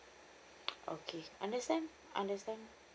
okay understand understand